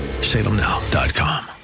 salemnow.com